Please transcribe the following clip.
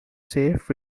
safe